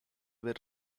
were